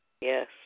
Yes